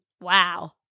Wow